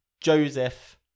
Joseph